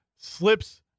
slips –